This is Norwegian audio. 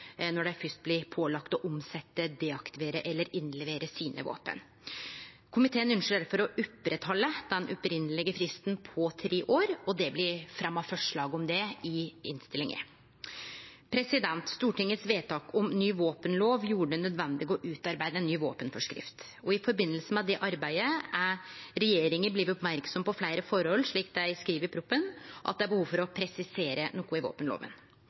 når dei fyrst blir pålagde å omsetje, deaktivere eller levere inn våpena sine. Komiteen ynskjer difor å halde ved lag den opphavlege fristen på tre år, og det blir fremja forslag om det i innstillinga. Stortingets vedtak om ny våpenlov gjorde det nødvendig å utarbeide ei ny våpenforskrift. I samband med det arbeidet er regjeringa, slik ein skriv i proposisjonen, blitt merksam på fleire forhold som det er behov for å presisere i våpenloven.